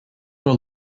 were